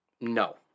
No